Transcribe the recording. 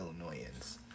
Illinoisans